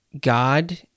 god